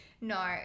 no